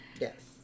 Yes